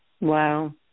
Wow